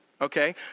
Okay